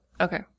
Okay